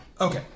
Okay